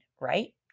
right